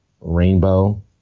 rainbow